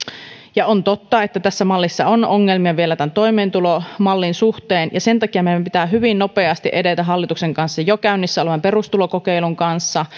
ja on totta että tässä mallissa on ongelmia vielä toimeentulomallin suhteen sen takia meidän pitää hyvin nopeasti edetä hallituksen kanssa jo käynnissä olevan perustulokokeilun kanssa